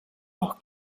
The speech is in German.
auch